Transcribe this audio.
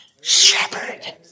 shepherd